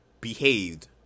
behaved